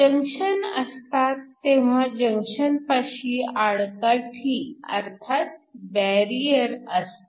junction असतात तेव्हा जंक्शनपाशी आडकाठी अर्थात बॅरिअर असते